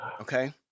Okay